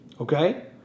Okay